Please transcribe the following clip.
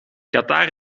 qatar